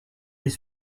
des